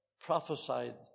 prophesied